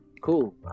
cool